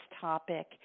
topic